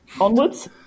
Onwards